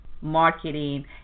marketing